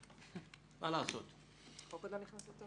החוק עוד לא נכנס לתוקף.